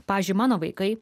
pavyzdžiui mano vaikai